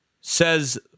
says